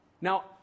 Now